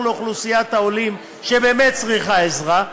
לאוכלוסיית העולים שבאמת צריכה עזרה,